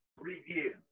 review